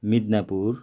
Midnapore